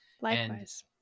Likewise